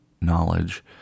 knowledge